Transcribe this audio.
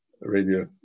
radio